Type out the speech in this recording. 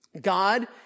God